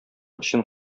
өчен